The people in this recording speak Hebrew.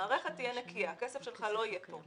המערכת תהיה נקייה והכסף שלך לא יהיה פה.